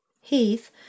Heath